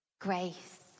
grace